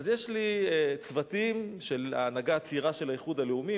אז יש לי צוותים של ההנהגה הצעירה של האיחוד הלאומי.